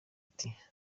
ati